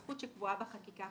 זכות שקבועה בחקיקה.